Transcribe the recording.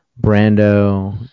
Brando